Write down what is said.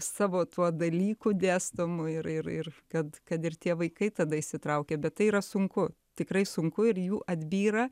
savo tuo dalyku dėstomu ir ir ir kad kad ir tie vaikai tada įsitraukia bet tai yra sunku tikrai sunku ir jų atbyra